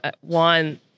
one